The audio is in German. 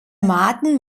maaten